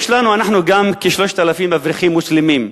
יש לנו גם כ-3,000 אברכים מוסלמים,